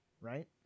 right